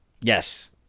Yes